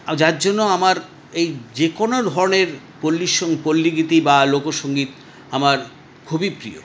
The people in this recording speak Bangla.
যার জন্য আমার এই যেকোন ধরনের পল্লী সং পল্লীগীতি বা লোকসঙ্গীত আমার খুবই প্রিয়